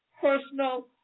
personal